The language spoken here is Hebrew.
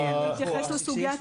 --- להתייחס לסוגיה,